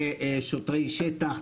זה שוטרי שטח,